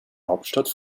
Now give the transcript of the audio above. hauptstadt